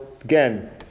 Again